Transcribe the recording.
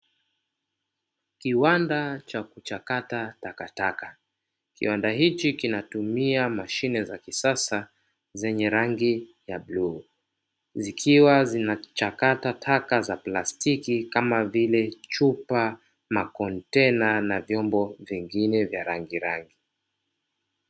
Kiwanda cha kuchakata takataka. Kiwanda hiki kinatumia mashine za kisasa zenye rangi ya bluu, zikiwa zinachakata taka za plastiki kama vile, chupa, makontena na vyombo vingine vya rangirangi.